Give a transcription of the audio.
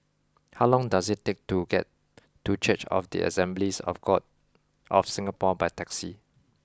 how long does it take to get to Church of the Assemblies of God of Singapore by taxi